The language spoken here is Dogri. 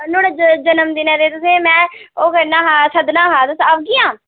नुआढ़ा जन्मदिन ऐ ते तुसें में ओह् करना हा सद्दना हा तुस औह्गियां